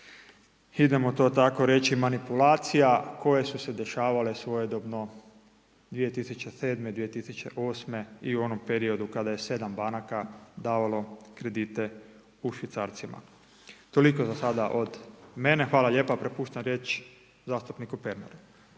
idemo to tako reći, manipulacija koje su se dešavale svojedobno 2007., 2008. i u onom periodu kada je 7 banaka davalo kredite u švicarcima. Toliko za sada od mene, hvala lijepo, prepuštam riječ zastupniku Pernaru.